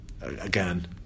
again